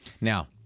Now